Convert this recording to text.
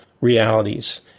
realities